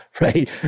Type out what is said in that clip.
right